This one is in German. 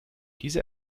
diese